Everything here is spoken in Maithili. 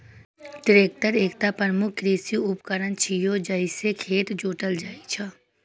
ट्रैक्टर एकटा प्रमुख कृषि उपकरण छियै, जइसे खेत जोतल जाइ छै